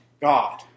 God